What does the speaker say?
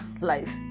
life